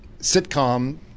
sitcom